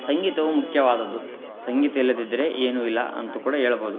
ಸಂಗೀತವು ಮುಖ್ಯವಾದದ್ದು ಸಂಗೀತ ಇಲ್ಲದಿದ್ದರೆ ಏನು ಇಲ್ಲ ಅಂತು ಕೂಡ ಹೇಳ್ಬೋದು